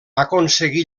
aconseguí